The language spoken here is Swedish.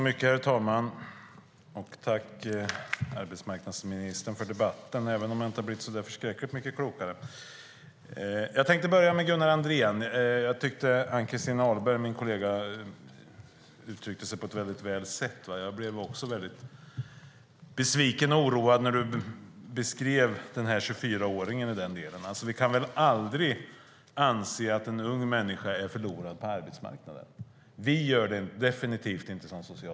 Herr talman! Jag tackar arbetsmarknadsministern för debatten, även om jag inte har blivit så mycket klokare. Jag tänkte börja med det som Gunnar Andrén sade. Min kollega Ann-Christin Ahlberg uttryckte det på ett mycket bra sätt. Jag blev också mycket besviken och oroad när han beskrev denna 24-åring. Vi kan väl aldrig anse att en ung människa är förlorad på arbetsmarknaden. Vi socialdemokrater gör det definitivt inte.